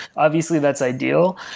obviously that's ideal.